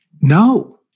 no